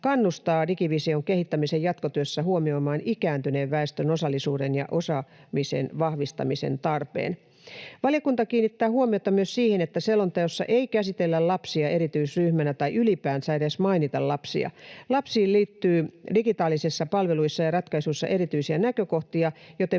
kannustaa digivision kehittämisen jatkotyössä huomioimaan ikääntyneen väestön osallisuuden ja osaamisen vahvistamisen tarpeen. Valiokunta kiinnittää huomiota myös siihen, että selonteossa ei käsitellä lapsia erityisryhmänä tai ylipäänsä edes mainita lapsia. Lapsiin liittyy digitaalisissa palveluissa ja ratkaisuissa erityisiä näkökohtia, joten